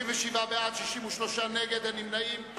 37 בעד, 63 נגד, אין נמנעים.